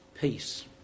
Peace